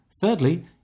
Thirdly